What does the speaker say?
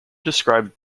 described